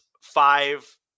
five